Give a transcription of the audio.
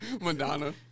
Madonna